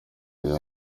iyo